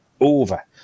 over